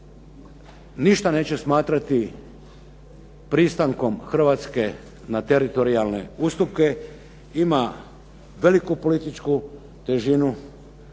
ništa neće smatrati pristankom Hrvatske na teritorijalne ustupke, ima veliku političku težinu